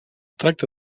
tracta